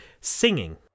singing